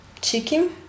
chicken